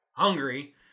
Hungry